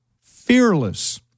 fearless